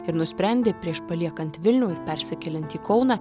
ir nusprendė prieš paliekant vilnių ir persikeliant į kauną